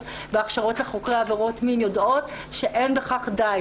בהכשרות לחוקרי עבירות מין יודעות שאין בכך די.